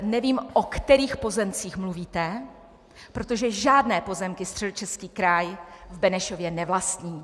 Nevím, o kterých pozemcích mluvíte, protože žádné pozemky Středočeský kraj v Benešově nevlastní.